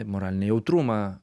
moralinį jautrumą